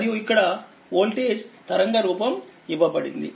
మరియుఇక్కడవోల్టేజ్ తరంగ రూపం ఇవ్వబడింది